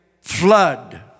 flood